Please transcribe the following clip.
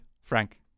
Frank